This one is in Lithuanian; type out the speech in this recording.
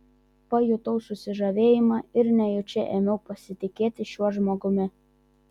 pajutau susižavėjimą ir nejučia ėmiau pasitikėti šiuo žmogumi